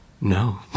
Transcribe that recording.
No